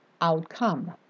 outcome